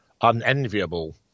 unenviable